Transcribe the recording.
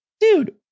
dude